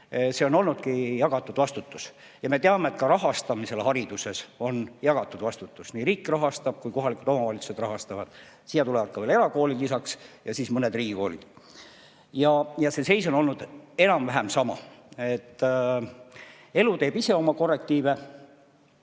ongi olnud jagatud vastutus. Me teame, et ka rahastamise puhul on hariduses jagatud vastutus: nii riik rahastab kui ka kohalikud omavalitsused rahastavad. Siia tulevad lisaks erakoolid ja siis mõned riigikoolid. See seis on olnud enam-vähem sama. Elu teeb ise oma korrektiive.